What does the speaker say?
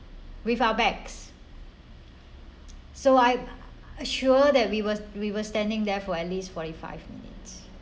with our bags so I assure that we were we were standing there for at least forty five minutes